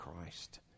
Christ